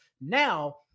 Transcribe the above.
Now